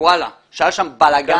שם בלגאן.